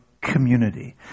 community